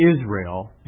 Israel